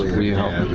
will you help